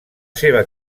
seva